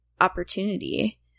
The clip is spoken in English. opportunity